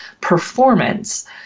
performance